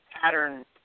pattern